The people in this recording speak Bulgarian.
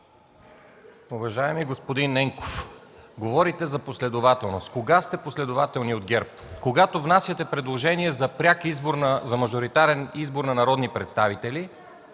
Уважаеми господин Ненков, говорите за последователност. Кога сте последователни от ГЕРБ – когато внасяте предложение за пряк мажоритарен избор на народни представители,